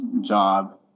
job